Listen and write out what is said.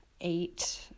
eight